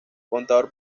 contador